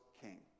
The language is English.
king